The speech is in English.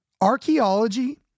archaeology